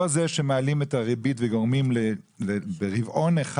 לא זה שמעלים את הריבית וגורמים ברבעון אחד